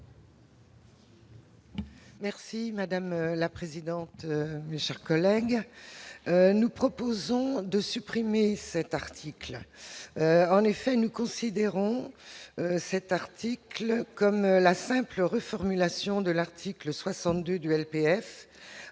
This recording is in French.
Merci madame la présidente, chers collègues, nous proposons de supprimer cet article, en effet, nous considérons cet article comme la simple reformulation de l'article 62 duel PF